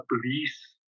police